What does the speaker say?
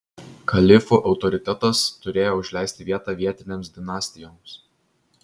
kalifų autoritetas turėjo užleisti vietą vietinėms dinastijoms